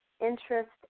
interest